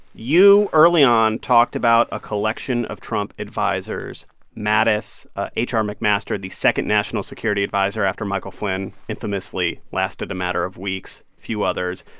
you, early on, talked about a collection of trump advisers mattis h r. mcmaster, the second national security adviser after michael flynn infamously lasted a matter of weeks a few others.